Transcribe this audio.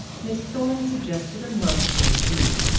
miss thorne suggested a month or two,